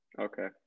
Okay